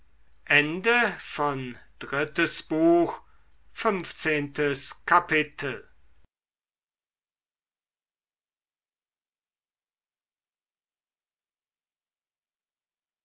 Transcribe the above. drittes buch erstes kapitel